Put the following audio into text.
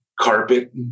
carpet